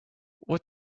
what